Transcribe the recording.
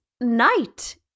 night